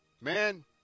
Man